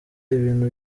ibintu